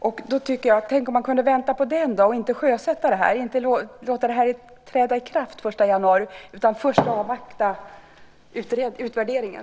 Därför tycker jag att man kunde vänta på den, och inte sjösätta det här och låta det träda i kraft den 1 januari. Avvakta utvärderingen!